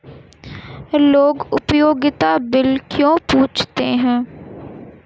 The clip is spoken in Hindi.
लोग उपयोगिता बिल क्यों पूछते हैं?